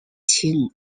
qing